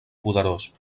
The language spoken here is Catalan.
poderós